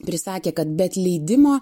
prisakė kad be atleidimo